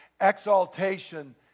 exaltation